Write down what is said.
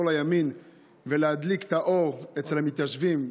לימין ולהדליק את האור אצל המתיישבים,